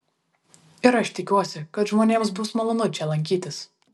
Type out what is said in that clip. ir aš tikiuosi kad žmonėms bus malonu čia lankytis